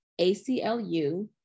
ACLU